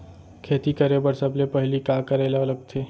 खेती करे बर सबले पहिली का करे ला लगथे?